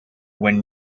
when